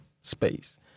space